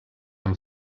amb